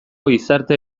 gizarte